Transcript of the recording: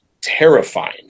terrifying